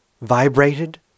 vibrated